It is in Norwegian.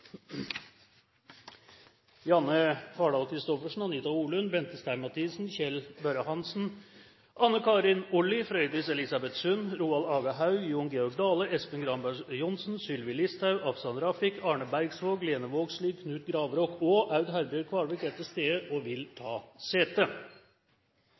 Janne Fardal Kristoffersen, Anita Orlund, Bente Stein Mathisen, Kjell Børre Hansen, Anne Karin Olli, Frøydis Elisabeth Sund, Roald Aga Haug, Jon Georg Dale, Espen Granberg Johnsen, Sylvi Listhaug, Afshan Rafiq, Arne Bergsvåg, Lene Vågslid, Knut Gravråk og Aud Herbjørg Kvalvik er til stede og vil